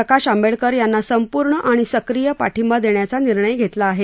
प्रकाश आंबेडकर यांना संपूर्ण आणि सक्रिय पाठिंबा देण्याचा निर्णय घेतला आहे